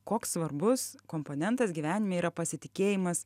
koks svarbus komponentas gyvenime yra pasitikėjimas